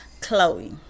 Chloe